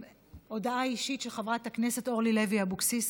הודעה אישית של חברת הכנסת אורלי לוי אבקסיס,